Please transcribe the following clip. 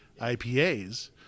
IPAs